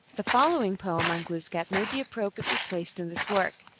the following poem on glooskap may be appropri ately placed in this work.